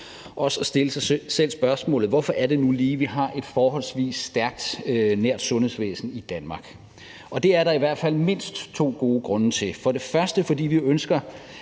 at stille sig selv spørgsmålet: Hvorfor er det nu lige, vi har et forholdsvis stærkt nært sundhedsvæsen i Danmark? Det er der i hvert fald mindst to gode grunde til. For det første er det, fordi vi ønsker,